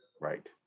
Right